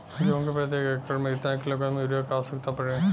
गेहूँ के प्रति एक एकड़ में कितना किलोग्राम युरिया क आवश्यकता पड़ी?